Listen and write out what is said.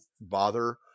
bother